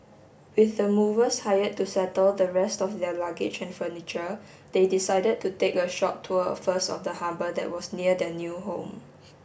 with the movers hired to settle the rest of their luggage and furniture they decided to take a short tour first of the harbour that was near their new home